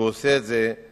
והוא עושה את זה עם